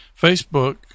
Facebook